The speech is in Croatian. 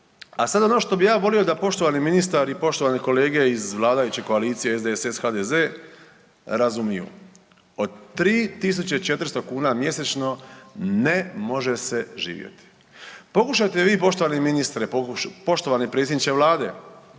A sad ono što bi ja volio da poštovani ministar i poštovane kolege iz vladajuće koalicije SDSS-HDZ razumiju, od 3.400 kuna mjesečno ne može se živjeti. Pokušajte vi poštovani ministre, poštovani predsjedniče Vlade